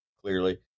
clearly